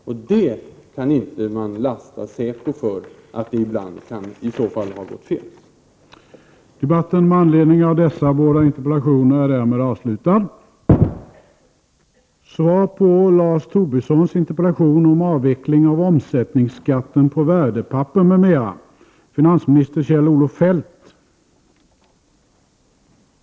Ifall det ibland har gått fel kan man inte lasta säpo för det.